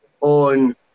on